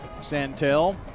Santel